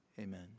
amen